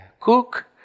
cook